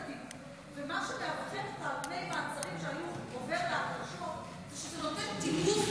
ומה שמאפיין את המעצרים שהיו עובר להכחשות זה שזה נותן תיקוף